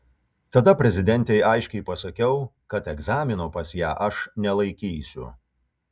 tada prezidentei aiškiai pasakiau kad egzamino pas ją aš nelaikysiu